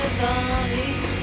darling